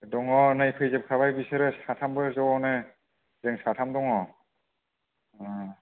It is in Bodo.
दं नै फैजोबखाबाय बिसोरो साथामबो ज' नो जों साथाम दङ